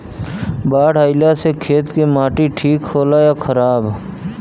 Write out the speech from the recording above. बाढ़ अईला से खेत के माटी ठीक होला या खराब?